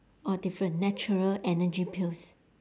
orh different natural energy pills